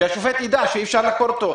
שהשופט יידע שאי אפשר לחקור אותו.